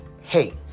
hey